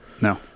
No